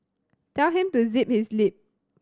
tell him to zip his lip